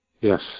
Yes